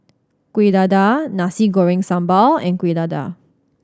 Kuih Dadar Nasi Goreng Sambal and Kuih Dadar